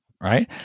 right